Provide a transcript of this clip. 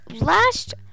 last